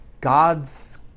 God's